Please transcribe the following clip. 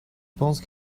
pense